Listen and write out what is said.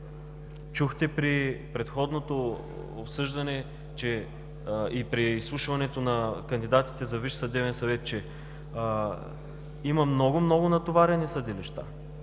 чухте при предходното обсъждане и при изслушването на кандидатите за Висш съдебен съвет, че има много, много натоварени съдилища,